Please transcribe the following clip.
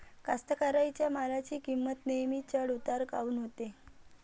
कास्तकाराइच्या मालाची किंमत नेहमी चढ उतार काऊन होते?